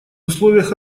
условиях